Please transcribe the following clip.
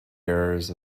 errors